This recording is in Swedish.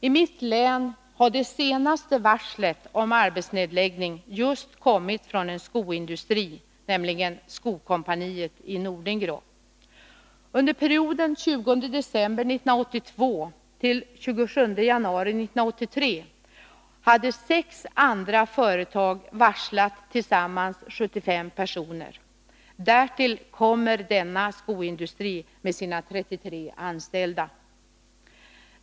I mitt län har det senaste varslet om arbetsnedläggning kommit just från en skoindustri, nämligen Skokompaniet i Nordingrå. Under perioden mellan den 20 december 1982 och den 27 januari 1983 hade sex andra företag varslat tillsammans 75 personer. Därtill kommer denna skoindustri mea sina 33 anställda.